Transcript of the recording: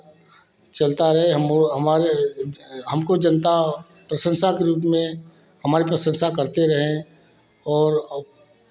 चलता रहे हमारे हमको जनता प्रशंसा के रूप में हमारी प्रशंसा करते रहें और